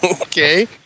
Okay